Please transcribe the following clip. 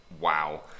wow